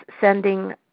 sending